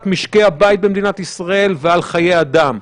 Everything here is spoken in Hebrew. משקי הבית במדינת ישראל ועל חיי אדם.